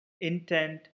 intent